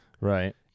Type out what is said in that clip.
Right